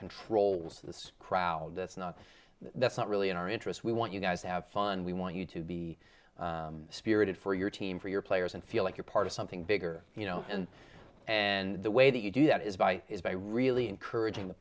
controls of this crowd that's not that's not really in our interest we want you guys to have fun we want you to be spirited for your team for your players and feel like you're part of something bigger you know and and the way that you do that is by is by really encouraging the